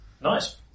Nice